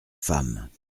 femmes